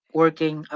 working